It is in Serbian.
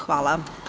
Hvala.